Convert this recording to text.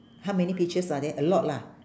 how many peaches are there a lot lah